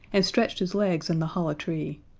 and stretched his legs in the hollow tree.